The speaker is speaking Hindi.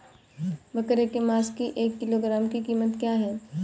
बकरे के मांस की एक किलोग्राम की कीमत क्या है?